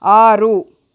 ಆರು